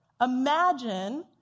Imagine